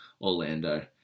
Orlando